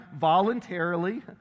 voluntarily